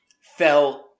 felt